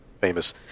famous